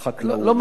לא מביאים.